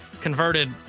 converted